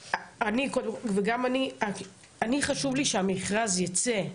וגם אני, כי לי חשוב שהמכרז יצא,